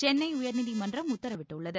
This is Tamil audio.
சென்னை த உயர்நீதிமன்றம் உத்தரவிட்டுள்ளது